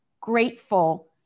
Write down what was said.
grateful